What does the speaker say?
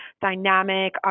dynamic